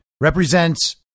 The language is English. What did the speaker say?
represents